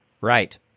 Right